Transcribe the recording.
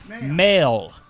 Male